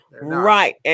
Right